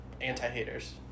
anti-haters